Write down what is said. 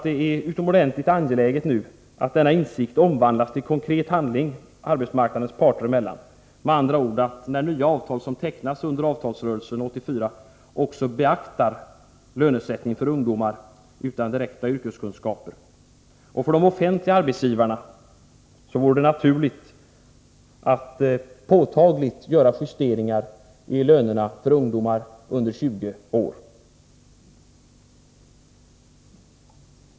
Det är utomordentligt angeläget att denna insikt omvandlas till konkret handling arbetsmarknadens parter emellan, med andra ord att de nya avtal som tecknas under avtalsrörelsen 1984 också beaktar lönesättningen för ungdomar utan direkta yrkeskunskaper. För de offentliga arbetsgivarna vore det naturligt att påtagligt göra justeringar i lönerna för ungdomar under 20 år.